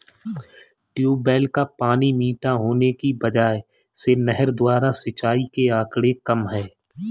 tubewell का पानी मीठा होने की वजह से नहर द्वारा सिंचाई के आंकड़े कम है